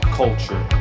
culture